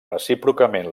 recíprocament